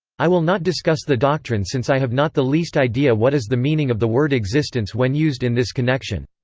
i will not discuss the doctrine since i have not the least idea what is the meaning of the word existence when used in this connection.